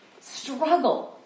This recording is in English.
struggle